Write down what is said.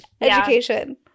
education